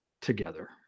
together